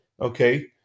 okay